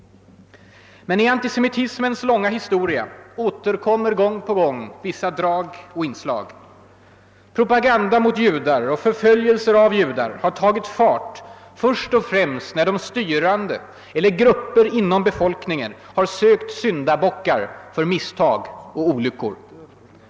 Men i antisemitismens långa historia återkommer gång på gång vissa drag och inslag. Propaganda mot judar och förföljelser av judar har tagit fart främst när de styrande, eller grupper inom befolkningen, sökt syndabockar för misstag och olyckor.